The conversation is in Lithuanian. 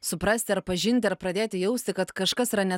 suprasti ar pažinti ir pradėti jausti kad kažkas yra ne